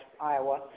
Iowa